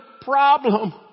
problem